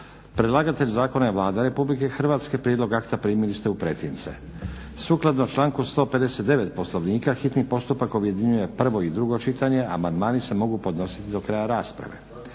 Predlagatelj zakona je Vlada Republike Hrvatske. Prijedlog akta primili ste u pretince. Sukladno članku 159. Poslovnika hitni postupak objedinjuje prvo i drugo čitanje. Amandmani se mogu podnositi do kraja rasprave.